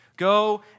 Go